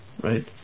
right